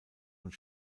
und